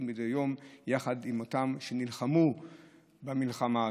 מדי יום יחד עם אותם אלה שנלחמו במלחמה הזאת.